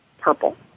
purple